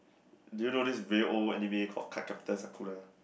do you know this very old anime called Cardcaptor Sakura